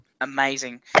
amazing